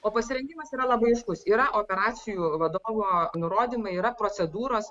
o pasirengimas yra labai aiškūs yra operacijų vadovo nurodymai yra procedūros